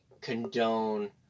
condone